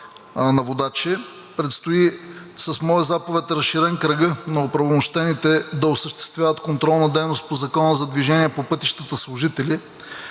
на водачи. Предстои и с моя заповед е разширен кръгът на оправомощените да осъществяват контролна дейност по Закона за движение по пътищата служители,